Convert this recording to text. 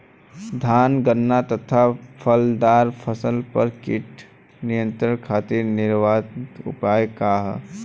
धान गन्ना तथा फलदार फसल पर कीट नियंत्रण खातीर निवारण उपाय का ह?